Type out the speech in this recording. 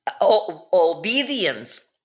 obedience